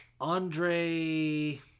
Andre